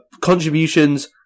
contributions